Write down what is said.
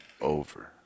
Over